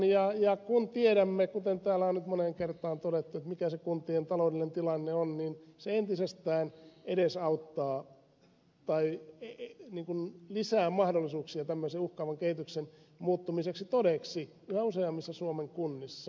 ja kun tiedämme kuten täällä on nyt moneen kertaa todettu mikä se kuntien taloudellinen tilanne on niin se entisestään lisää mahdollisuuksia tämmöisen uhkaavan kehityksen muuttumiseksi todeksi yhä useammissa suomen kunnissa